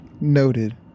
Noted